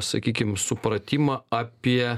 sakykim supratimą apie